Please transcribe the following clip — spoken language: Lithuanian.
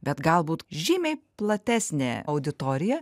bet galbūt žymiai platesnė auditorija